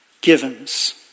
givens